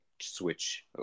switch